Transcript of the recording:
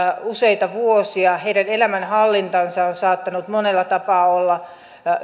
useita vuosia heidän elämänhallintansa on saattanut monella tapaa olla